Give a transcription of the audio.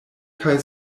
kaj